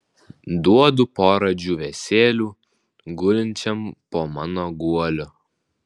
duodu porą džiūvėsėlių gulinčiam po mano guoliu